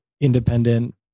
independent